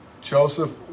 Joseph